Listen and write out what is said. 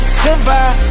survive